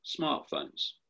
smartphones